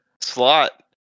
slot